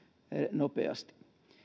nopeasti